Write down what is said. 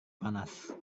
panas